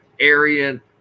Aryan